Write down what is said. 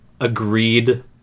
agreed